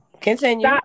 Continue